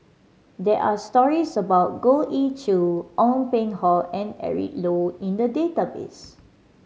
there are stories about Goh Ee Choo Ong Peng Hock and Eric Low in the database